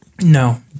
No